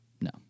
no